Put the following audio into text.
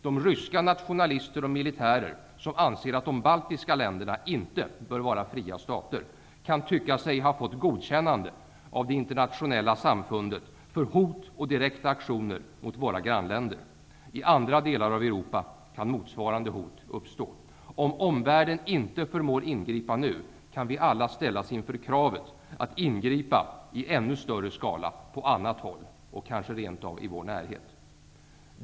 De ryska nationalister och militärer som anser att de baltiska länderna inte bör vara fria stater, kan tycka sig ha fått godkännande av det internationella samfundet för hot och direkta aktioner mot våra grannländer. I andra delar av Europa kan motsvaande hot uppstå. Om omvärlden inte förmår att ingripa nu, kan vi alla ställas inför kravet att ingripa i ännu större skala på annat håll, och kanske rent av i vår närhet.